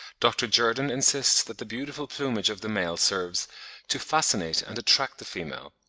dr. jerdon insists that the beautiful plumage of the male serves to fascinate and attract the female.